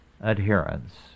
adherence